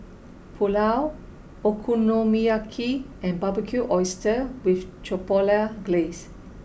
Pulao Okonomiyaki and Barbecued Oysters with Chipotle Glaze